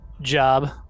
job